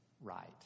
right